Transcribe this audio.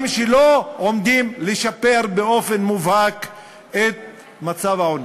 דברים שלא עומדים לשפר באופן מובהק את מצב העוני.